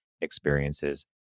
experiences